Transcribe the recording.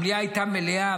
המליאה הייתה מלאה,